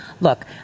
Look